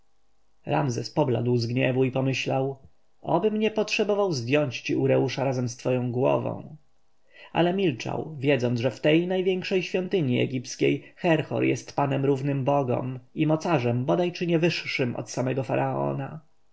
ramzes pobladł z gniewu i pomyślał obym nie potrzebował zdjąć ci ureusza razem z twoją głową ale milczał wiedząc że w tej największej świątyni egipskiej herhor jest panem równym bogom i mocarzem bodaj czy nie wyższym od samego faraona